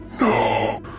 No